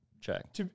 Check